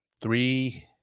three